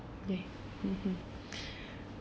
ya (uh huh)